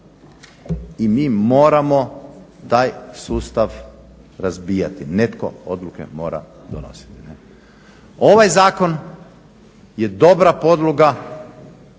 i mi moramo taj sustav razbijati. Netko odluke mora donositi. Ovaj zakon je dobra podloga